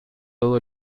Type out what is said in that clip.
todo